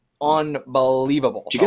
unbelievable